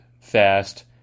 fast